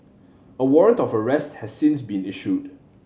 a warrant of arrest has since been issued